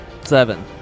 Seven